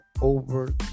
over